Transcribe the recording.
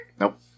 Nope